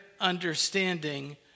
understanding